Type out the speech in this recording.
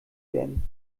werden